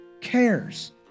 cares